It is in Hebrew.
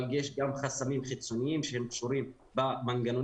אבל יש גם חסמים חיצוניים שהם קשורים במנגנוני